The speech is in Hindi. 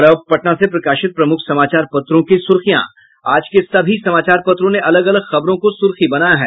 और अब पटना से प्रकाशित प्रमुख समाचार पत्रों की सुर्खियां आज के सभी समाचार पत्रों ने अलग अलग खबरों को सुर्खी बनाया है